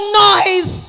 noise